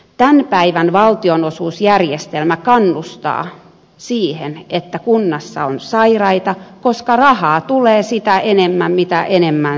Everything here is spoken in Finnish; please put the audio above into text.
tämän päivän valtionosuusjärjestelmä kannustaa siihen että kunnassa on sairaita koska rahaa tulee sitä enemmän mitä enemmän sairastetaan